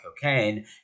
cocaine